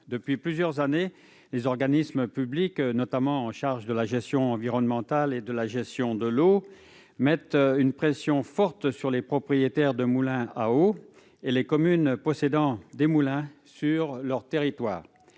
Depuis plusieurs années, les organismes publics, notamment ceux chargés de la gestion environnementale et de la gestion de l'eau, exercent une pression forte sur les propriétaires de moulins à eau et les communes possédant des moulins sur leur territoire.